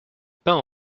peint